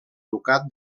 ducat